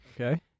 Okay